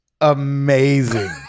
amazing